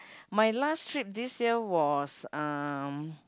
my last trip this year was um